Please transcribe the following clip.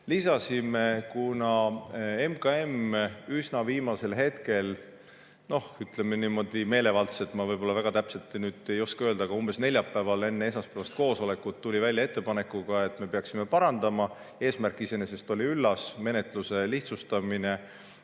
Lisasime, kuna MKM üsna viimasel hetkel, noh, ütleme niimoodi, meelevaldselt, ma väga täpselt ei oska öelda, aga umbes neljapäeval enne esmaspäevast koosolekut tuli välja ettepanekuga, et me peaksime parandama. Eesmärk iseenesest oli üllas: menetluse lihtsustamine